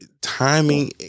timing